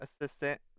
assistant